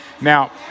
Now